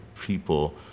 people